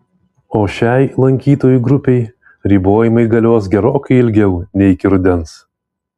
o šiai lankytojų grupei ribojimai galios gerokai ilgiau nei iki rudens